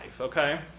okay